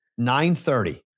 9.30